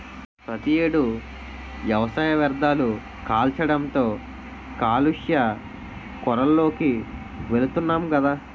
ప్రతి ఏడు వ్యవసాయ వ్యర్ధాలు కాల్చడంతో కాలుష్య కోరల్లోకి వెలుతున్నాం గదా